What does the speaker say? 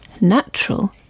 natural